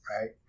Right